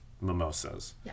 mimosas